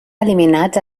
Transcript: eliminats